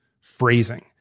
phrasing